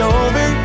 over